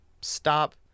Stop